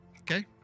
Okay